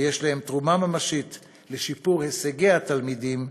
ויש להם תרומה ממשית לשיפור הישגי התלמידים,